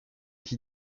qui